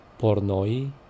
pornoi